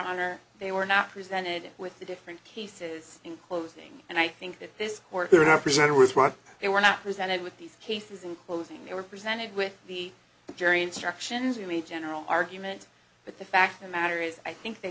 honor they were not presented with the different cases in closing and i think that this court they were not presented with what they were not presented with these cases in closing they were presented with the jury instructions only general argument but the fact the matter is i think they